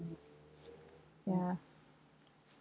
mm ya